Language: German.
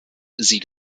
sie